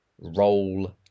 Roll